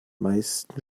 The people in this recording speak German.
meisten